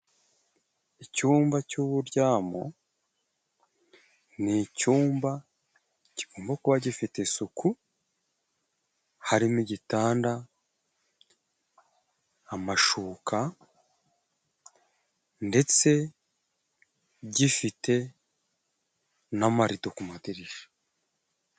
Icyumba cy'uburyamo ni icyumba kigomba kuba gifite isuku harimo igitanda, amashuka ndetse gifite n'amarido ku madirisha.